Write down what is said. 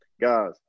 guys